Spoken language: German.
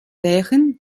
während